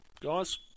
Guys